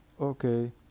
Okay